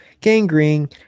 gangrene